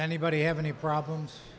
anybody have any problems